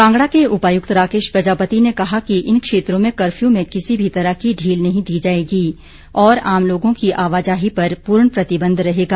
कांगड़ा के उपायुक्त राकेश प्रजापति ने कहा है कि इन क्षेत्रों में कफ्यू में किसी भी तरह की ढील नहीं दी जायेगी और आम लोगों की आवाजाही पर पूर्ण प्रतिबंध रहेगा